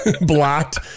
Blocked